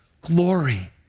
glory